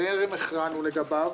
טרם הכרענו לגביו.